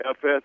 FS